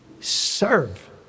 Serve